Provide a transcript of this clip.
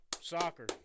Soccer